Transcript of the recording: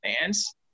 fans